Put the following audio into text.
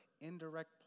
indirect